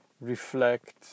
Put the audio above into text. reflect